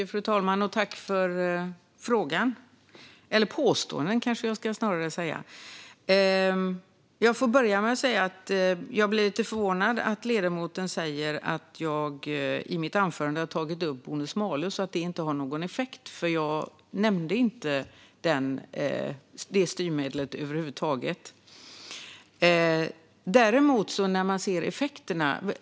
Fru talman! Tack, ledamoten, för frågan - eller påståendena kanske jag snarare ska säga. Jag får börja med att säga att jag blir lite förvånad över att ledamoten säger att jag i mitt anförande tog upp bonus malus och att det inte har någon effekt, för jag nämnde inte det styrmedlet över huvud taget.